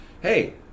Hey